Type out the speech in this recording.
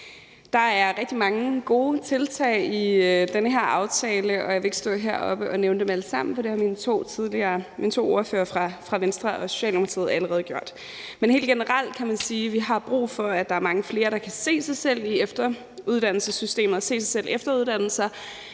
Der er rigtig mange gode tiltag i den her aftale, og jeg vil ikke stå heroppe og nævne dem alle sammen, for det har de to ordførere fra Venstre og Socialdemokratiet allerede gjort. Men helt generelt kan man sige, at vi har brug for, at der er mange flere, der kan se sig selv i efteruddannelsessystemet og se sig selv efteruddanne sig,